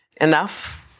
enough